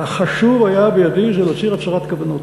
החשוב היה בידי, זה להצהיר הצהרת כוונות,